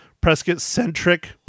Prescott-centric